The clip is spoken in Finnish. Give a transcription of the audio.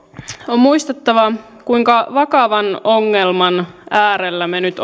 on muistettava kuinka vakavan ongelman äärellä me nyt